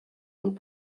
one